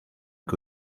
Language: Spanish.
que